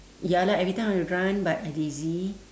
ya lah everytime I run but I lazy